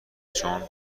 چون